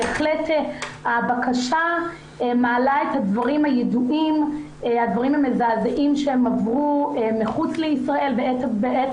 בהחלט הבקשה מעלה את הדברים המזעזעים שהן עברו מחוץ לישראל ובעת